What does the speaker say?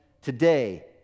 Today